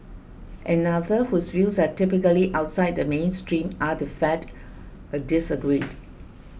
another whose views are typically outside the mainstream are the Fed disagreed